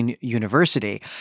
University